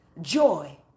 joy